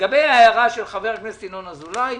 לגבי הערת חבר הכנסת ינון אזולאי.